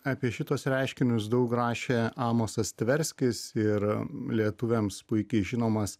apie šituos reiškinius daug rašė amosas tverskis ir lietuviams puikiai žinomas